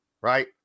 right